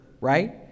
right